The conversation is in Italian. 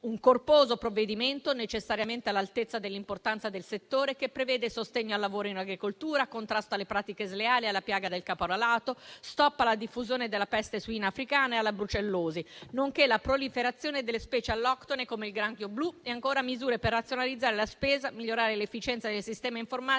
un corposo provvedimento necessariamente all'altezza dell'importanza del settore, che prevede sostegno al lavoro in agricoltura, contrasto alle pratiche sleali e alla piaga del caporalato, stop alla diffusione della peste suina africana e alla brucellosi, nonché alla proliferazione delle specie alloctone come il granchio blu; ancora, misure per razionalizzare la spesa, migliorare l'efficienza del sistema informatico